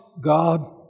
God